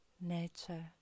nature